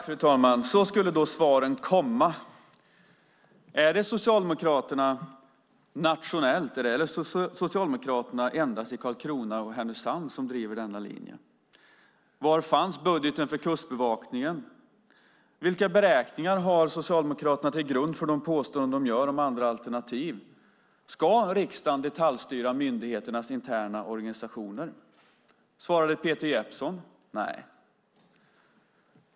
Fru talman! Så skulle då svaren komma! Är det Socialdemokraterna nationellt eller endast Socialdemokraterna i Karlskrona och Härnösand som driver denna linje? Var finns budgeten för Kustbevakningen? Vilka beräkningar har Socialdemokraterna till grund för de påståenden de gör om andra alternativ? Ska riksdagen detaljstyra myndigheternas interna organisationer? Svarade Peter Jeppsson? Nej.